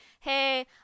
hey